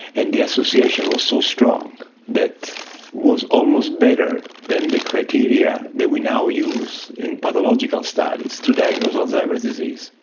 and the association was so strong that it was almost better than the criteria that we now use in pathological studies to diagnose alzheimer's disease.